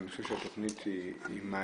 אני חושב שהתכנית היא מעניינת,